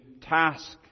task